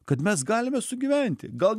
kad mes galime sugyventi gal